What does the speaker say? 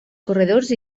corredors